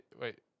Wait